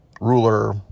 ruler